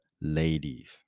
ladies